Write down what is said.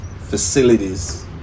facilities